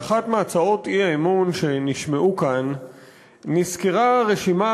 באחת מהצעות האי-אמון שנשמעו פה נסקרה רשימה